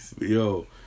yo